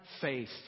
faith